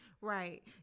right